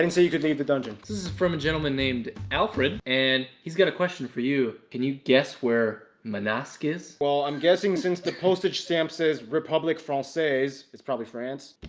and say you could need the dungeon this is from a gentleman named alfred and he's got a question for you. can you guess where man ask is? well, i'm guessing since the postage stamp says republic francais. it's probably france.